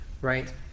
Right